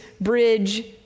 bridge